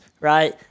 Right